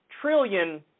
trillion